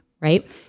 right